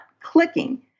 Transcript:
clicking